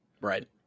Right